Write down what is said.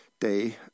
day